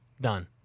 Done